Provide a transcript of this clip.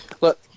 Look